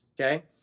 okay